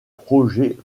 projet